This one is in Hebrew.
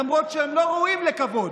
למרות שהם לא ראויים לכבוד,